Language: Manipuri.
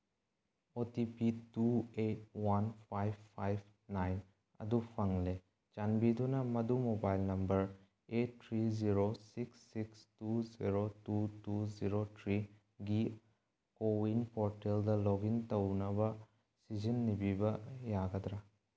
ꯑꯣ T P two eight one five five nine ꯑꯗꯨ ꯐꯪꯂꯦ ꯆꯥꯟꯕꯤꯗꯨꯅ ꯃꯗꯨ mobile number eight three zero six six two zero two two zero ꯊ꯭ꯔꯤꯒꯤ ꯀꯣꯋꯤꯟ ꯄꯣꯔꯇꯦꯜꯗ ꯂꯣꯛꯏꯟ ꯇꯧꯅꯕ ꯁꯤꯖꯤꯟꯅꯕꯤꯕ ꯌꯥꯒꯗ꯭ꯔꯥ